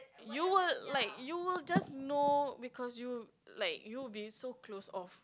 you will like you will just know because you'll like you'll be so close off